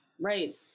Right